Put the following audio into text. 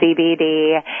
CBD